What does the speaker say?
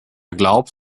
glaubt